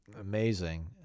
Amazing